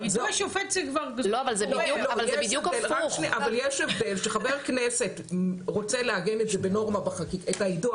יש הבדל אם חבר כנסת רוצה לעגן את היידוע